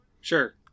Sure